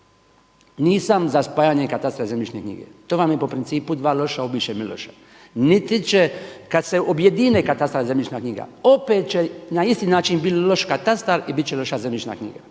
nisam za spajanje katastra i zemljišne knjige, to vam je po principu „Dva loša ubiše Miloša“. Niti će kada se objedine katastar i zemljišna knjiga, opet će na isti način biti loš katastar i biti će loša zemljišna knjiga.